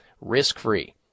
risk-free